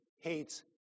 hates